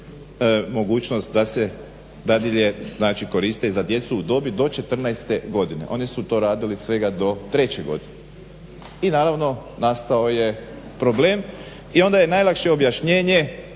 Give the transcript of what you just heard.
mogućnost da se dadilje znači koriste u dobi do 14 godine. Oni su to radili svega do treće godine. I naravno nastao je problem. I onda je najlakše objašnjenje.